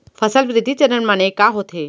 फसल वृद्धि चरण माने का होथे?